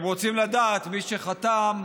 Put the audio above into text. הם רוצים לדעת, מי שחתם,